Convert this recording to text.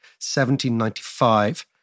1795